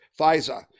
FISA